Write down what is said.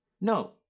No